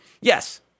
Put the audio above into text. Yes